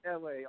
LA